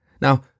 Now